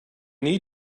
need